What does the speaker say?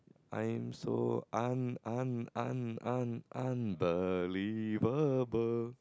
I'm so un~ un~ un~ un~ un~ unbelievable